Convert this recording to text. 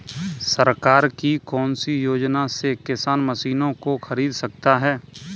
सरकार की कौन सी योजना से किसान मशीनों को खरीद सकता है?